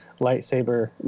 lightsaber